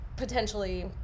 potentially